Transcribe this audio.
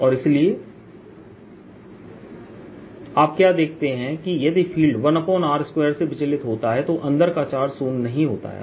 और इसलिए आप क्या देखते हैं कि यदि फ़ील्ड 1r2 से विचलित होता है तो अंदर का चार्ज शून्य नहीं होता है